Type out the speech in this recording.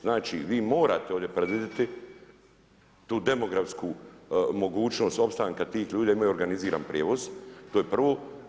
Znači vi morate ovdje predvidjeti tu demografsku mogućnost opstanka tih ljudi da imaju organiziran prijevoz, to je prvo.